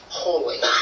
holy